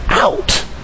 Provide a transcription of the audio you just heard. out